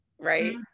right